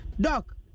Doc